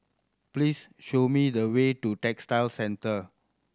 please show me the way to Textile Centre